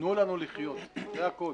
תנו לנו לחיות, זה הכול.